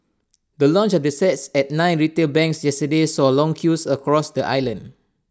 the launch of the sets at nine retail banks yesterday saw long queues across the island